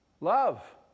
Love